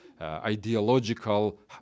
ideological